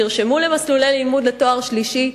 נרשמו למסלולי לימוד לתואר שלישי,